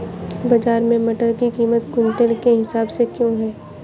बाजार में मटर की कीमत क्विंटल के हिसाब से क्यो है?